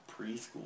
preschool